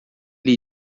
lhe